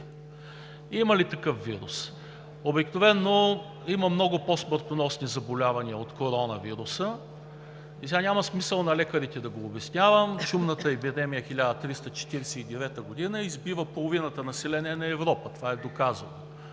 Има ли такъв вирус? Обикновено има много по-смъртоносни заболявания от коронавируса и сега няма смисъл на лекарите да го обяснявам – чумната епидемия 1349 г. избива половината население на Европа, това е доказано,